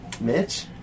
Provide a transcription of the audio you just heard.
Mitch